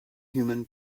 human